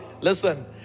listen